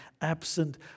absent